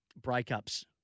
breakups